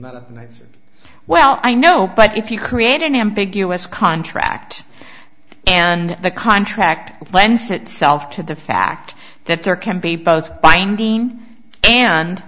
board well i know but if you create an ambiguous contract and the contract lends itself to the fact that there can be both binding and